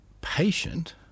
patient